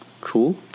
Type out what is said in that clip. Cool